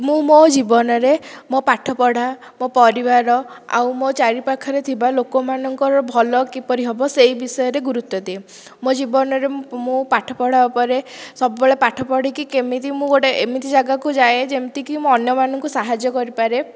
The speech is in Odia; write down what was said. ମୁଁ ମୋ ଜୀବନରେ ମୋ ପାଠପଢ଼ା ମୋ ପରିବାର ଆଉ ମୋ ଚାରିପାଖରେ ଥିବା ଲୋକ ମାନଙ୍କର ଭଲ କିପରି ହେବ ସେହି ବିଷୟରେ ଗୁରୁତ୍ୱ ଦିଏ ମୋ ଜୀବନରେ ମୁଁ ପାଠପଢ଼ା ଉପରେ ସବୁ ବେଳେ ପାଠ ପଢ଼ିକି କେମିତି ମୁଁ ଗୋଟିଏ ଏମିତି ଜାଗାକୁ ଯାଏ ଯେମିତିକି ମୁଁ ଅନ୍ୟମାନଙ୍କୁ ସାହାଯ୍ୟ କରିପାରେ